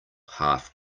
half